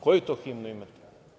Koju to himnu imate?